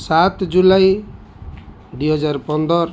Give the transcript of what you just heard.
ସାତ ଜୁଲାଇ ଦୁଇ ହଜାର ପନ୍ଦର